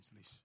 please